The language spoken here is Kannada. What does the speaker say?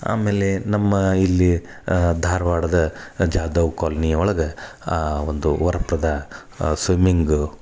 ಆಮೇಲೆ ನಮ್ಮ ಇಲ್ಲಿ ಧಾರವಾಡದ ಜಾಧವ್ ಕಾಲ್ನಿಯೊಳಗೆ ಒಂದು ವರಪ್ರದ ಸ್ವಿಮ್ಮಿಂಗು